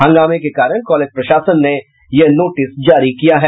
हंगामा के कारण कॉलेज प्रशासन ने यह नोटिस जारी किया है